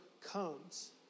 comes